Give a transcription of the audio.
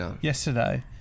yesterday